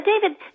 David